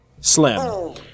Slim